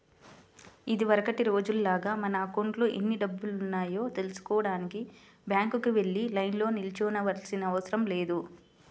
ఇదివరకటి రోజుల్లాగా మన అకౌంట్లో ఎన్ని డబ్బులున్నాయో తెల్సుకోడానికి బ్యాంకుకి వెళ్లి లైన్లో నిల్చోనవసరం లేదు